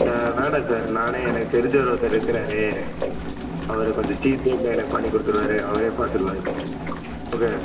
ஆ வேண்டாம் சார் நானே எனக்கு தெரிஞ்சவர் ஒருத்தர் இருக்கிறாரு அவர் கொஞ்சம் சீப் ரேட்டில் எனக்கு பண்ணி கொடுத்துருவாரு அவரே பார்த்துருவாரு இது